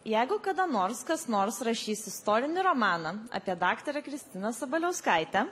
jeigu kada nors kas nors rašys istorinį romaną apie daktarę kristiną sabaliauskaitę